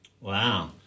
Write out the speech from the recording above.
Wow